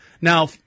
Now